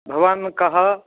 भवान् कः